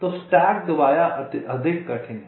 तो stacked via अधिक कठिन हैं